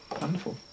Wonderful